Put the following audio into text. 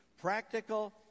practical